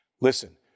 Listen